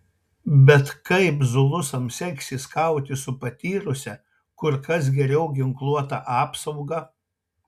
bet kaip zulusams seksis kautis su patyrusia kur kas geriau ginkluota apsauga